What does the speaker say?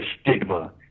stigma